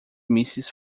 mísseis